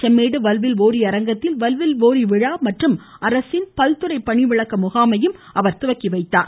செம்மேடு வல்வில் ஓரி அரங்கத்தில் வல்வில் ஓரி விழா மற்றும் அரசின் பல்துறை பணிவிளக்க முகாமையும் அவர் தொடங்கிவைத்தார்